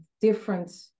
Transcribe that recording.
different